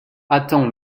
attends